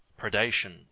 predation